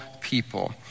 people